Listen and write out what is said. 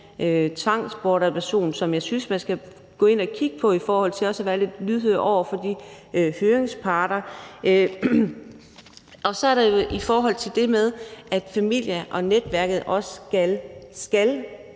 tvangsbortadoption, som jeg synes man skal gå ind og kigge på, og hvor man også skal være lidt lydhør over for høringsparterne. Og der er også det i forhold til, at familierne og netværket – kan